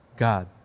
God